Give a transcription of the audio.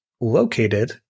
located